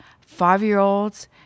five-year-olds